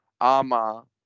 Ama